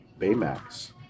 Baymax